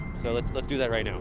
so, let's let's do that right